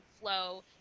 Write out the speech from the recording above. flow